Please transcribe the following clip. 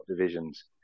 divisions